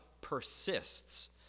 persists